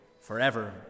forever